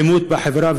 האלימות בחברה,